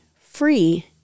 free